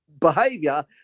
behavior